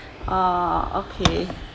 ah okay